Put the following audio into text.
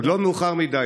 עוד לא מאוחר מדי.